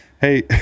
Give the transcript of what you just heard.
Hey